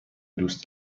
دوست